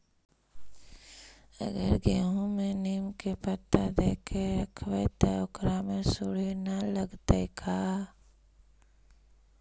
अगर गेहूं में नीम के पता देके यखबै त ओकरा में सुढि न लगतै का?